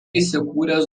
įsikūręs